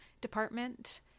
Department